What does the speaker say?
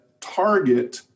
target